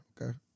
okay